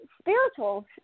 spiritual